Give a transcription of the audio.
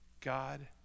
God